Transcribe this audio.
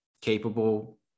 capable